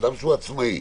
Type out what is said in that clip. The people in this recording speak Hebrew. אדם שעצמאי,